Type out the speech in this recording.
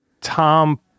Tom